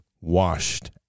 washed